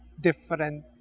different